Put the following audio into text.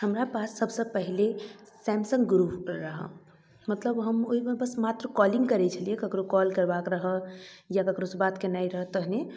हमरा पास सबसँ पहिले सैमसङ्ग गुरु रहै मतलब हम ओहिमे बस मात्र कॉलिङ्ग करै छलिए ककरो कॉल करबाक रहल या ककरोसँ बात केनाइ रहै तहने